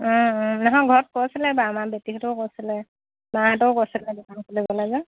নহয় ঘৰত কৈছিলে বা আমাৰ বেটীহঁতেও কৈছিলে মাহঁতেও কৈছিলে দোকান